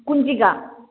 कुञ्जिका